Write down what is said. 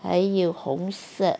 还有红色